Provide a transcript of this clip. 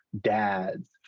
dads